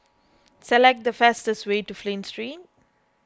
select the fastest way to Flint Street